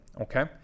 Okay